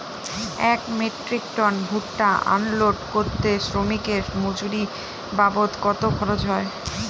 এক metric ton ভুট্টা unload করতে শ্রমিকের মজুরি বাবদ কত খরচ হয়?